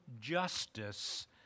justice